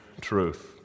truth